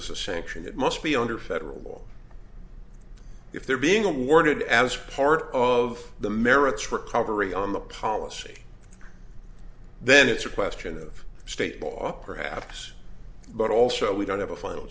as a sanction that must be under federal law if they're being awarded as part of the merits recovery on the policy then it's a question of state bar perhaps but also we don't have a final